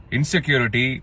Insecurity